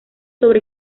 sobre